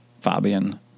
Fabian